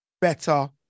better